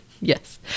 Yes